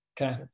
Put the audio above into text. Okay